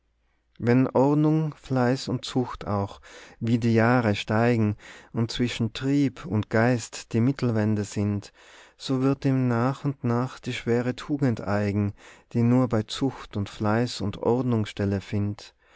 wenn ordnung fleiß und zucht auch wie die jahre steigen und zwischen trieb und geist die mittelwände sind so wird ihm nach und nach die schwere tugend eigen die nur bei zucht und fleiß und ordnung stelle findt